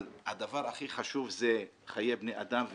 אבל הדבר הכי חשוב זה חיי בני אדם והבטיחות.